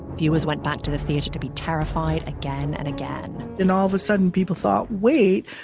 viewers went back to the theater to be terrified again and again and all of a sudden people thought, wait,